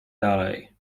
dalej